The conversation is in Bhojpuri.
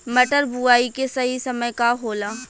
मटर बुआई के सही समय का होला?